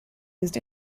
used